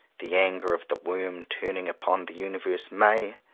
the anger of the worm turning upon the universe may,